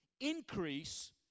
increase